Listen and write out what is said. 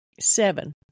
seven